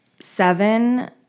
Seven